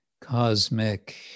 cosmic